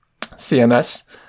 CMS